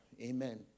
Amen